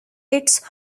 its